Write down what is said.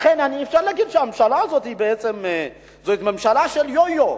לכן, אפשר להגיד שהממשלה הזאת היא ממשלה של יו-יו.